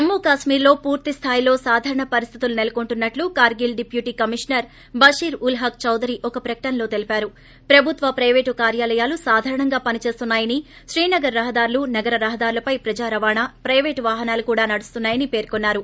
జమ్మ్మా కాశ్మీర్లో పూర్తి స్థాయిలో సాధారణ పరిస్థితులు నెలకొంటున్నట్టు కార్గిల్ డిప్యూటీ కమిషనర్ బషీర్ ఉల్ హక్ చౌదరి ఒక ప్రకటనలో తెలిపారు ప్రభుత్వ పైపేటు కార్యాలయాలు సాధారణంగా పనిచేస్తున్నాయని శ్రీనగర్ రహదారులు నగర రహదారులపై ప్రజా రవాణా పైపేట్ వాహనాలు కూడా నడుస్తున్నా యని పేర్కొన్నారు